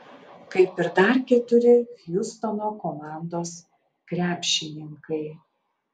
kaip ir dar keturi hjustono komandos krepšininkai